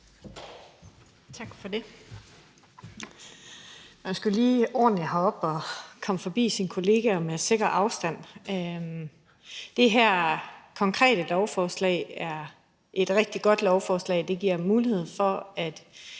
Tak for det – man skal jo lige ordentligt herop og komme forbi sine kollegaer i sikker afstand. Det her konkrete lovforslag er et rigtig godt lovforslag. Det giver muligheden for, at